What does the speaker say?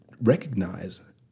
recognize